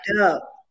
up